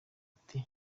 ati